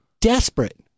desperate